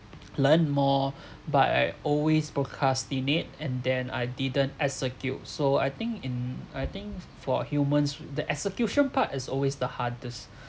learn more but I always procrastinate and then I didn't execute so I think in I think for humans the execution part is always the hardest